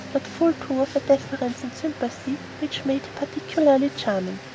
but full too of a deference and sympathy which made her particularly charming.